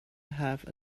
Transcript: have